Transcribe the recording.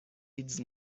ایدز